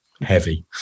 heavy